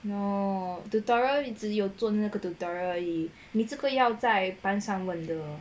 no tutorial 直有做那个 tutorial 而已这个要在班上问的